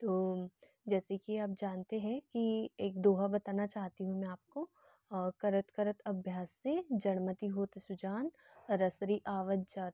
तो जैसे कि आप जानते हैं कि एक दोहा बताना चाहती हूँ मैं आपको करत करत अभ्यास से जड़मति होत सुजान रसरी आवत जात